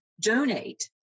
donate